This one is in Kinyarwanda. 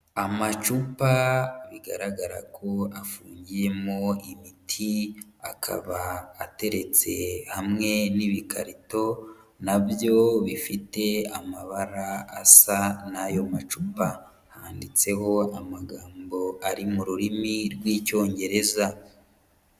Amacupa bigaragara ko afungiyemo imiti, akaba ateretse hamwe n'ibikarito na byo bifite amabara asa n'ayo macupa, handitseho amagambo ari mu rurimi rw'Icyongereza.